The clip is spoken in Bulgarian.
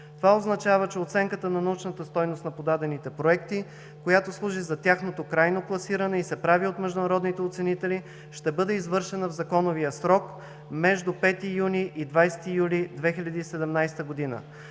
Това означава, че оценката на научната стойност на подадените проекти, която служи за тяхното крайно класиране и се прави от международните оценители, ще бъде извършена в законовия срок между 5 юни и 20 юли 2017 г.